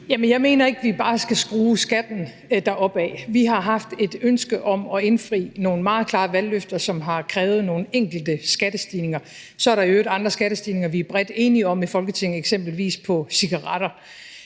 jeg mener ikke, vi bare skal skrue skatten deropad. Vi har haft et ønske om at indfri nogle meget klare valgløfter, som har krævet nogle enkelte skattestigninger. Så er der i øvrigt andre skattestigninger, vi er bredt enige om i Folketinget, eksempelvis på cigaretter.